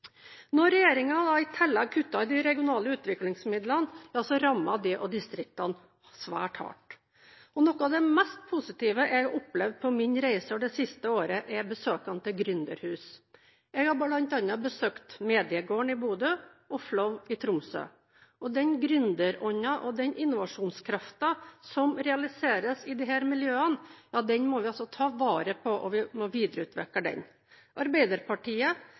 Når regjeringen i tillegg kuttet i de regionale utviklingsmidlene, rammer det også distriktene svært hardt. Noe av det mest positive jeg har opplevd på mine reiser det siste året, er besøkene til gründerhus. Jeg har bl.a. besøkt Mediegården i Bodø og FLOW i Tromsø. Den gründerånden og den innovasjonskraften som realiseres i disse miljøene, må vi ta vare på, og vi må videreutvikle den. Arbeiderpartiet